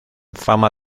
fama